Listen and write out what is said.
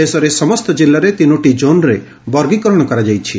ଦେଶରେ ସମସ୍ତ ଜିଲ୍ଲାରେ ତିନୋଟି ଜୋନରେ ବର୍ଗୀକରଣ କରାଯାଇଛି